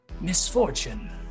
misfortune